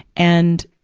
and,